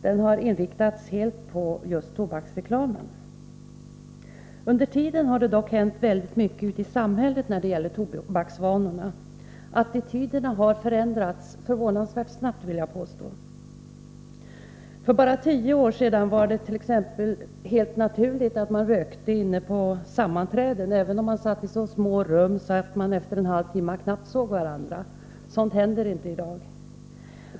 Det har hela tiden gällt tobaksreklamen. Under tiden har det dock hänt mycket i samhället när det gäller tobaksvanorna. Attityderna har förändrats förvånansvärt snabbt vill jag påstå. För bara tio år sedan var det helt naturligt att man rökte på sammanträden, även om man satt i så små rum att man efter en halvtimme knappt såg varandra. Sådant händer inte i dag.